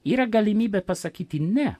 yra galimybė pasakyti ne